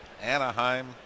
Anaheim